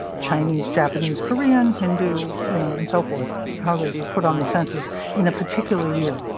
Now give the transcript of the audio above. chinese, japanese, korean, hindu, you know, and so forth how those are put on the census in a particular year.